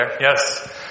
Yes